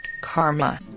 karma